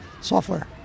Software